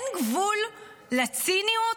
אין גבול לציניות?